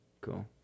cool